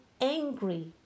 angry